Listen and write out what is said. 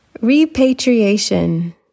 Repatriation